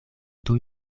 tuj